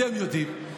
אתם יודעים,